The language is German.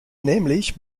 nämlich